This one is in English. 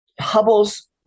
Hubble's